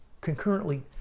concurrently